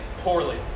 poorly